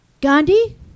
Gandhi